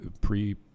pre